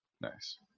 Nice